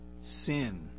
sin